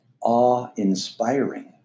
awe-inspiring